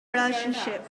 relationship